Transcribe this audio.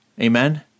Amen